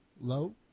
low